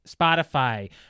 spotify